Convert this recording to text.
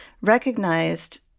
recognized